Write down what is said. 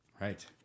Right